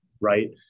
right